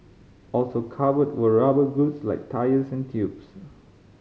also covered were rubber goods like tyres and tubes